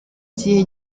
gihe